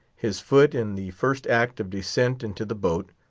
his foot, in the first act of descent into the boat,